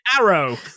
Arrow